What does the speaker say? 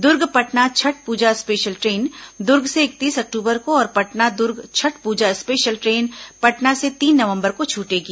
दुर्ग Patna Chhath Puja special train Durg से इकतीस अक्टूबर को और पटना दुर्ग छठ पूजा स्पेशल ट्रेन पटना से तीन नवंबर को छूटेगी